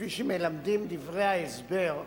כפי שמלמדים דברי ההסבר,